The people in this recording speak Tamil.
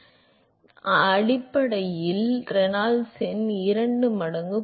எனவே மைனஸ் 1 ஆல் 2 மற்றும் 1 ஆல் வகுக்கப்பட்ட நீளத்தின் அடிப்படையில் ரெனால்ட்ஸ் எண்ணாக 2 மடங்கு 0